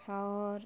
শহর